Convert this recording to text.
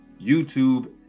youtube